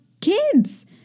Kids